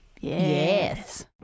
Yes